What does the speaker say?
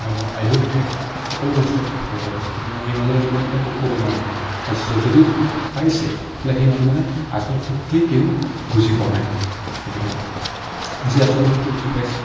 মানুহজনৰ আয়ুস ঠেক সকলো বস্তুৱে ঠেক হৈ পৰে গতিকে সেই মানুহজনৰ জীৱনত কেতিয়াও সুখ হ'ব নোৱাৰে যদিও সুখ পাইছে তেতিয়াহ'লে সেই মানুহজনে আচল সুখকে তেওঁ বুজি পোৱা নাই গতিকে যি আচল সুখ কি বুজি পাইছে